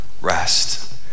rest